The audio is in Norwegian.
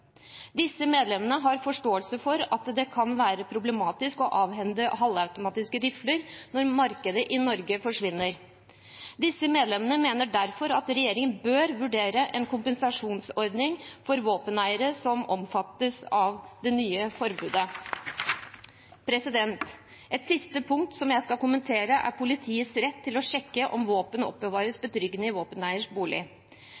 Disse medlemmene har forståelse for at det kan være problematisk å avhende halvautomatiske rifler når markedet i Norge forsvinner. Disse medlemmene mener derfor at regjeringen bør vurdere en kompensasjonsordning for våpeneiere som omfattes av det nye forbudet. Et siste punkt som jeg skal kommentere, er politiets rett til å sjekke om våpenet oppbevares